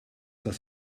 das